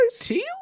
Teal